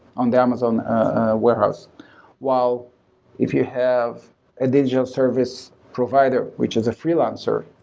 on the amazon warehouse while if you have a digital service provider, which is a freelancer,